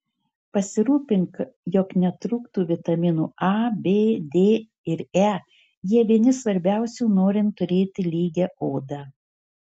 pasirūpink jog netrūktų vitaminų a b d ir e jie vieni svarbiausių norint turėti lygią odą